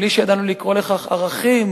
בלי שידענו לקרוא לכך ערכים,